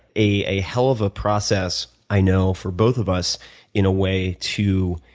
a a hell of a process, i know, for both of us in a way to